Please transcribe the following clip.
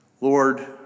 Lord